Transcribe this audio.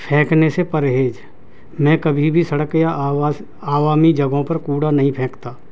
پھینکنے سے پرہیز میں کبھی بھی سڑک یا آوس عوامی جگہوں پر کوڑا نہیں پھینکتا